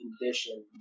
condition